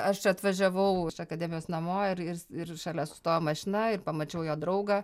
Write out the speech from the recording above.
aš čia atvažiavau iš akademijos namo ir ir ir šalia sustojo mašina ir pamačiau jo draugą